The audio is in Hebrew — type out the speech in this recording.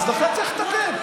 אז לכן צריך לטפל.